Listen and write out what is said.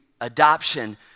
adoption